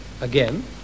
Again